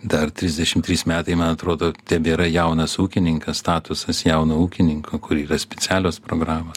dar trisdešim trys metai man atrodo tebėra jaunas ūkininkas statusas jauno ūkininko kur yra specialios programos